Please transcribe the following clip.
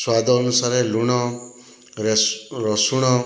ସ୍ୱାଦଅନୁସାରେ ଲୁଣ ରେସ ରସୁଣ